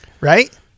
right